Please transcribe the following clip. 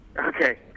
Okay